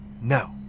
No